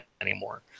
anymore